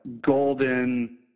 golden